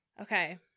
Okay